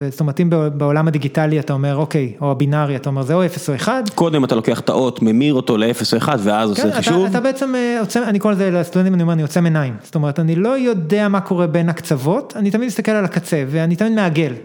זאת אומרת אם בעולם הדיגיטלי אתה אומר אוקיי, או הבינארי, אתה אומר זה או 0 או 1? קודם אתה לוקח את האות, ממיר אותו ל-0-1, ואז עושה חישוב. כן, אתה בעצם, אני קורא לזה לסטודנטים, אני אומר, אני עוצם עיניים. זאת אומרת, אני לא יודע מה קורה בין הקצוות, אני תמיד אסתכל על הקצה, ואני תמיד מעגל.